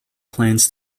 plans